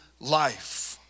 life